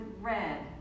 red